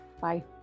Bye